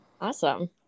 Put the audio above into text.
Awesome